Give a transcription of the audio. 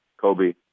Kobe